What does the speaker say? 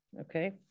Okay